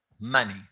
money